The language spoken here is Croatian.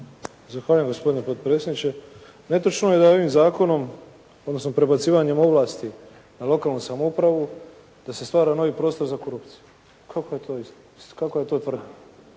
Zahvaljujem gospodine potpredsjedniče. Netočno je da ovim zakonom, odnosno prebacivanjem ovlasti na lokalnu samoupravu da se stvara novi prostor za korupciju. Kako je to,